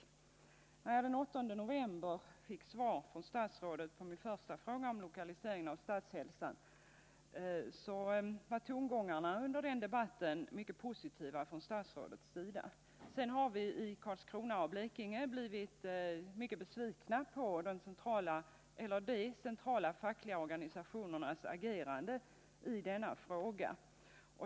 När jag den 8 november fick svar från statsrådet på min första fråga om lokaliseringen av Statshälsan var tongångarna från statsrådets sida mycket positiva. Därefter har vi i Karlskrona och Blekinge blivit mycket besvikna på de centrala fackliga organisationernas agerande i denna fråga.